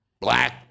black